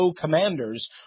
Commanders